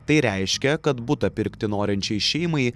tai reiškia kad butą pirkti norinčiai šeimai